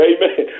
Amen